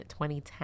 2010